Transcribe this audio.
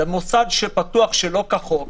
מדובר על מוסד שפתוח שלא כחוק,